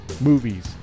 movies